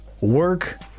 Work